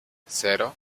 cero